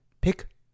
Pick